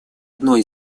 одной